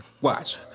Watch